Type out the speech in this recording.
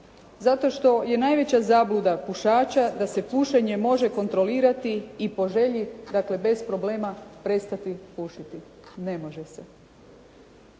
Zato što je najveća zabluda pušača da se pušenje može kontrolirati i po želji dakle bez problema prestati pušiti. Ne može se.